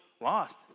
lost